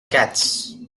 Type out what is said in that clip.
cats